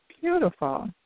Beautiful